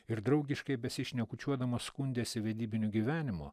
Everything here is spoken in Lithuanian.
ir draugiškai besišnekučiuodamos skundėsi vedybiniu gyvenimu